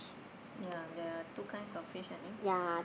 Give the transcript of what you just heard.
yea there are two kinds of fish I think